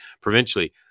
provincially